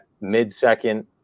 mid-second